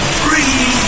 free